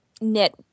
knit